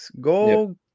Go